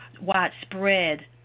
widespread